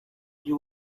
you